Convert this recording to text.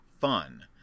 fun